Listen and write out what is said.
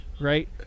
right